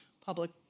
public